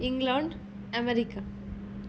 England America